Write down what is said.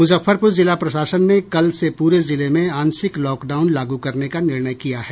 मुजफ्फरपुर जिला प्रशासन ने कल से पूरे जिले में आंशिक लॉकडाउन लागू करने का निर्णय किया है